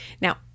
Now